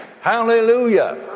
Hallelujah